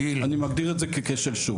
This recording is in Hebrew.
אני מגדיר את זה ככשל שוק.